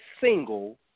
single